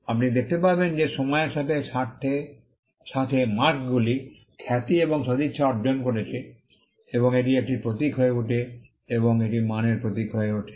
আপনি দেখতে পাবেন যে সময়ের সাথে সাথে মার্কগুলি খ্যাতি এবং সদিচ্ছা অর্জন করেছে এবং এটি একটি প্রতীক হয়ে ওঠে এবং এটি মানের প্রতীক হয়ে ওঠে